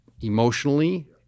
emotionally